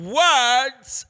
words